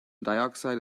dioxide